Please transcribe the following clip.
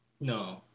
No